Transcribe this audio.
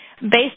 Based